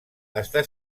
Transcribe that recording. està